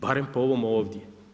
Barem po ovom ovdje.